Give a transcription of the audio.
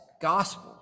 gospel